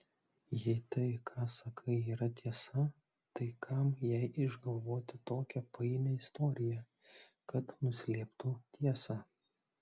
jei tai ką sakai yra tiesa tai kam jai išgalvoti tokią painią istoriją kad nuslėptų tiesą